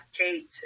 Kate